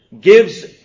gives